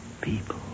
people